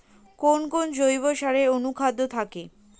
কোন কোন জৈব সারে অনুখাদ্য থাকে?